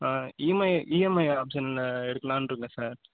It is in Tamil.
இஎம்ஐ இஎம்ஐ ஆப்ஷனில் எடுக்கலாம்ன்ருக்கேன் சார்